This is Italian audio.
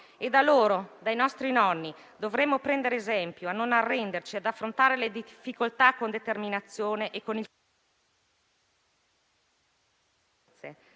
Da loro, dai nostri nonni, dovremmo prendere esempio, non arrenderci e affrontare le difficoltà con determinazione e con il